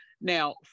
Now